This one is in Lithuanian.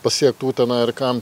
pasiekt uteną ir kam